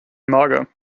mager